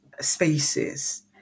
spaces